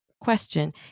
question